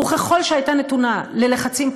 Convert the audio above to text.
וככל שהייתה נתונה ללחצים פוליטיים,